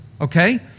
okay